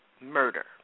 murder